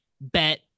bet